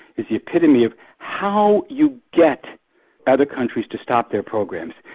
is the epitome of how you get other countries to stop their programs.